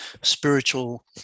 spiritual